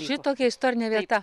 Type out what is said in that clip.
šitokia istorinė vieta